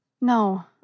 No